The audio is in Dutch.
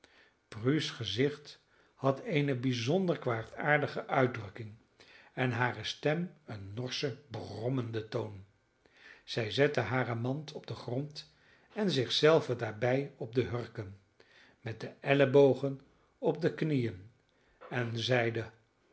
prue's gezicht had eene bijzonder kwaadaardige uitdrukking en hare stem een norschen brommenden toon zij zette hare mand op den grond en zich zelve daarbij op de hurken met de ellebogen op de knieën en zeide